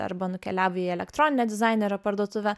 arba nukelia į elektroninę dizainerio parduotuvę